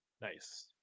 Nice